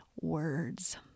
words